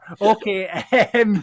okay